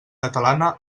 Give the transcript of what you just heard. catalana